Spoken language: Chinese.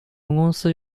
公司